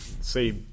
say